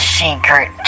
secret